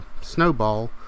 snowball